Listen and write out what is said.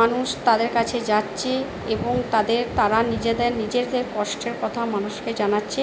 মানুষ তাদের কাছে যাচ্ছে এবং তাদের তারা নিজেদের নিজেরদের কষ্টের কথা মানুষকে জানাচ্ছে